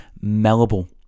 malleable